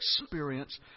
experience